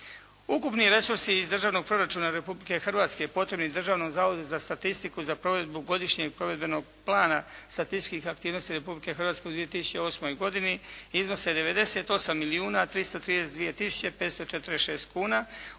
Ukupni resursi iz državnog proračuna Republike Hrvatske potrebni Državnom zavodu za statistiku za provedbu godišnjeg provedbenog plana statističkih aktivnosti Republike Hrvatske u 2008. godini iznose 98 milijuna